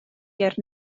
ger